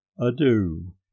adieu